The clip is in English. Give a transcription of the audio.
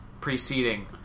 preceding